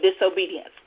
disobedience